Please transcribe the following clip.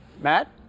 Matt